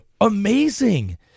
Amazing